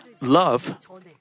Love